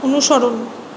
অনুসরণ